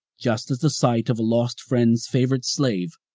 just as the sight of a lost friend's favorite slave,